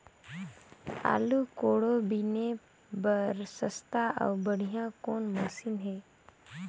आलू कोड़े बीने बर सस्ता अउ बढ़िया कौन मशीन हे?